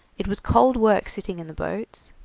it was cold work sitting in the boats.